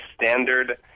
standard